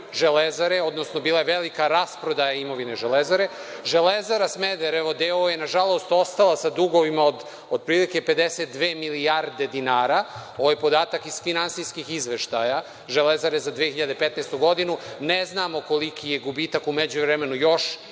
„Železare“, odnosno bila je velika rasprodaja imovine „Železare“. „Železara“ Smederevo d.o.o. je nažalost, ostala sa dugovima od otprilike 52 milijarde dinara, ovaj podatak je iz finansijskih izveštaja Železare za 2015. godinu. Ne znamo koliki je gubitak u međuvremenu još